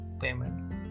payment